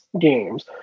games